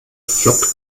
flockt